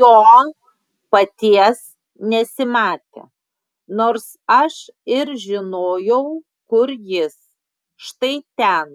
jo paties nesimatė nors aš ir žinojau kur jis štai ten